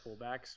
fullbacks